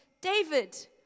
David